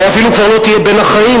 אולי אפילו כבר לא תהיה בין החיים,